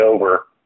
over